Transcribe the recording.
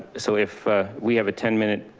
so if we have a ten minute,